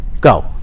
Go